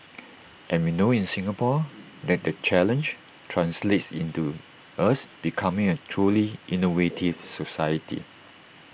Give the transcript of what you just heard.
and we know in Singapore that that challenge translates into us becoming A truly innovative society